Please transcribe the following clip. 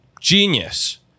genius